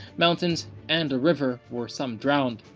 mountains, and a river were some drowned.